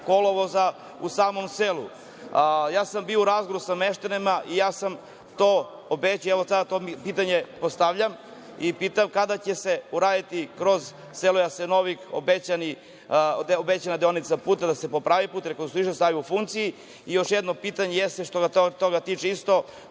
kolovoza u samom selu. Ja sam bio u razgovoru sa meštanima i ja sam to obećao i sada to pitanje postavljam i pitam – kada će se uraditi kroz selo Jasenovik obećana deonica puta, da se popravi put, rekonstruiše, stavi u funkciju? Još jedno pitanje jeste, što se toga tiče isto,